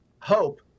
hope